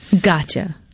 Gotcha